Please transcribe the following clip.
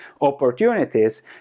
opportunities